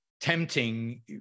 tempting